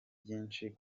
byinshi